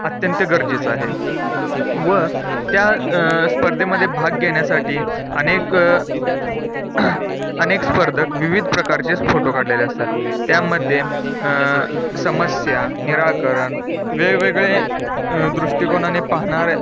अत्यंत गरजेचं आहे व त्या स्पर्धेमध्ये भाग घेण्यासाठी अनेक अनेक स्पर्धक विविध प्रकारचेच फोटो काढलेले असतात त्यामध्ये समस्या निराकरण वेगवेगळे दृष्टिकोनाने पाहणारे